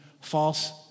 false